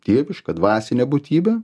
dieviška dvasinė būtybė